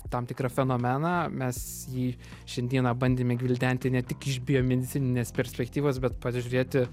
tam tikrą fenomeną mes jį šiandieną bandėme gvildenti ne tik iš biomedicininės perspektyvos bet pasižiūrėti